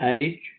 Age